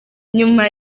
nyuma